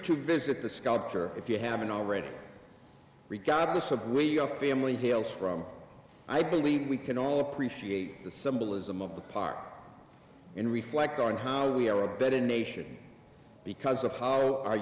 to visit the sculpture if you haven't already regardless of where your family hails from i believe we can all appreciate the symbolism of the park and reflect on how we are a better nation because of how